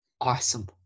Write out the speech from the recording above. Awesome